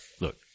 look